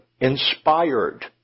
inspired